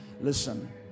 listen